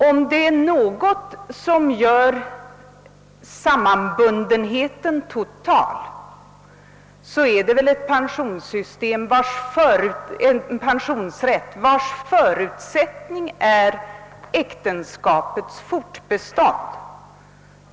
Om det är något som gör bundenheten total, så är det väl en pensionsrätt vars förutsättning är äktenskapets fortbestånd.